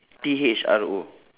T H R O